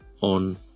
on